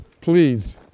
please